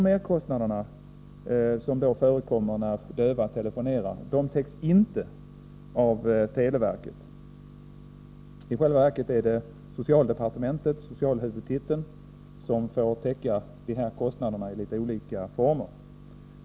Merkostnaderna som förekommer när döva telefonerar täcks inte av televerket, utan det sker via socialhuvudtiteln i litet olika former.